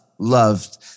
Loved